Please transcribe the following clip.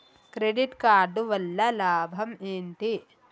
Credit card వల్ల లాభం ఏంటి?